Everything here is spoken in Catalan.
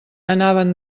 anaven